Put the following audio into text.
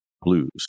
blues